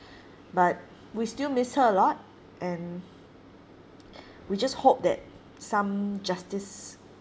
but we still miss her a lot and we just hope that some justice